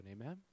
Amen